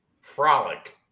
frolic